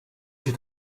się